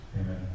Amen